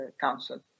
Council